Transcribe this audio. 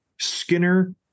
Skinner